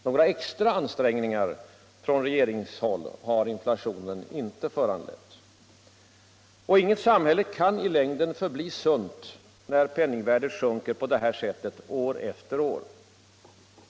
Några extra ansträngningar från regeringshåll har inflationen inte föranlett. Inget samhälle kan i längden förbli sunt, när penningvärdet sjunker på detta sätt år efter år.